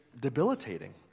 debilitating